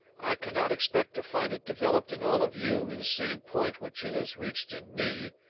i cannot expect to find it developed in all of you to the same point which it has reached in me,